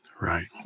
Right